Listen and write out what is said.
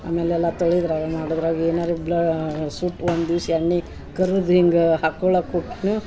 ಆಮೇಲೆ ಎಲ್ಲ ತೊಳಿದ್ರಾಗ ಮಾಡುದ್ರಾಗ ಏನರು ಬ್ಲ ಸುಟ್ ಒಂದಿವ್ಸ ಎಣ್ಣೆ ಕರ್ವ್ದ ಹಿಂಗೆ ಹಾಕ್ಕೊಳ್ಳಕ್ಕೆ ಹೋಕ್ನು